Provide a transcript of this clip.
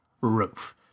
roof